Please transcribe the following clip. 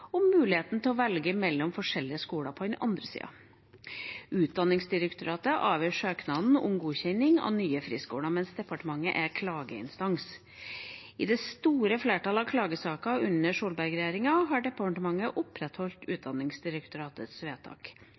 og vertsfylket på den ene siden og muligheten til å velge mellom forskjellige skoler på den andre siden. Utdanningsdirektoratet avgjør søknaden om godkjenning av nye friskoler, mens departementet er klageinstans. I det store flertallet av klagesaker under Solberg-regjeringa har departementet opprettholdt Utdanningsdirektoratets vedtak.